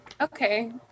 okay